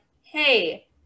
hey